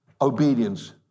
obedience